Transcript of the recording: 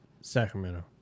Sacramento